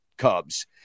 Cubs